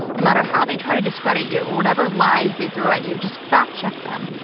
no matter how they try to discredit you, or whatever lies they throw at you, just fact-check them.